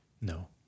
No